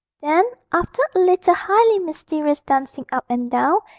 then, after a little highly mysterious dancing up and down,